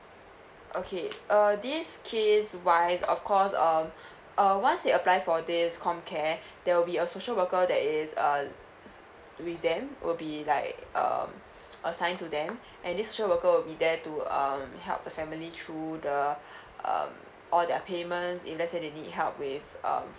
okay uh this case wise of course uh uh once they apply for this comcare there will be a social worker that is uh with them will be like um assigned to them and this social worker will be there to err help the family through the um all their payments if let's say they need help with uh